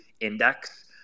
index